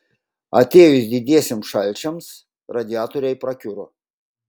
atėjus didiesiems šalčiams radiatoriai prakiuro